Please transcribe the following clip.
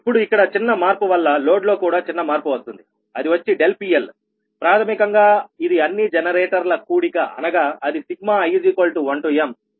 ఇప్పుడు ఇక్కడ చిన్న మార్పు వల్ల లోడ్ లో కూడా చిన్న మార్పు వస్తుంది అది వచ్చి PLప్రాథమికంగా ఇది అన్నీ జనరేషన్ల కూడిక అనగా అది i1mPgi